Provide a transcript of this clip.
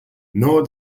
nor